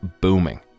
booming